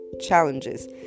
challenges